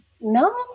no